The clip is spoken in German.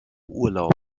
urlaub